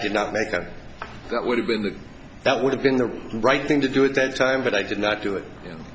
did not make them that would have been that that would have been the right thing to do at that time but i did not do it